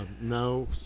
no